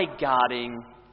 guarding